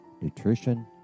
nutrition